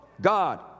God